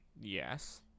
yes